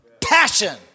passion